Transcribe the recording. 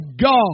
God